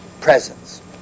presence